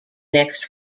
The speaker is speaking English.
next